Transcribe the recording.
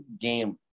game